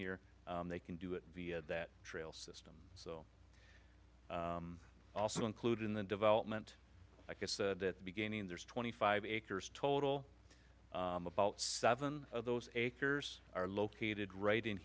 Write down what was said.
here they can do it via that trail system so also include in the development like i said at the beginning there's twenty five acres total about seven of those acres are located right in